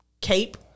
cape